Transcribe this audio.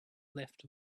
left